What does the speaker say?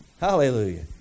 Hallelujah